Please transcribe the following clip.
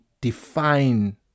define